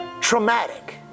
traumatic